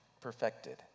perfected